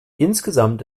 insgesamt